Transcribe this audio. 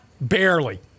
Barely